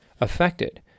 affected